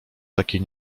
takiej